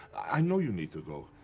i know you need to go.